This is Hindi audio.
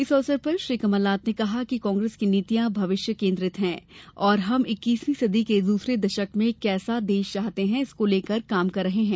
इस अवसर पर श्री कमलनाथ ने कहा कि कांग्रेस की नीतियां भविष्य केन्द्रित हैं और हम इक्कीसवीं सदी के दूसरे दशक में कैसा देश चाहते हैं इसको लेकर काम कर रहे हैं